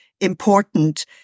important